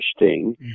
interesting